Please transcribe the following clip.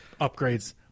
upgrades